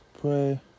pray